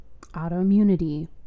autoimmunity